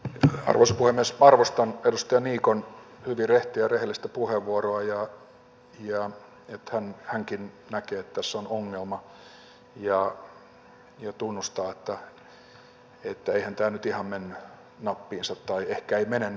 arvostan edustaja niikon hyvin rehtiä ja rehellistä puheenvuoroa ja sitä että hänkin näkee että tässä on ongelma ja tunnustaa että ehkä tämä ei nyt ihan mene nappiinsa